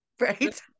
right